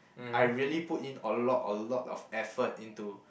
I really put in a lot a lot of effort into